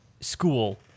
school